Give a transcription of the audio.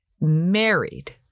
married